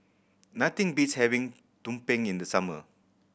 nothing beats having tumpeng in the summer